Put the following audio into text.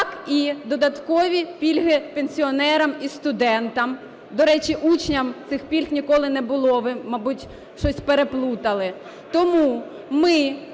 так і додаткові пільги пенсіонерам і студентам. До речі, учням цих пільг ніколи не було. Ви, мабуть, щось переплутали. Тому ми